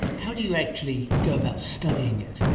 how do you actually go about studying it?